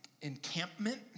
encampment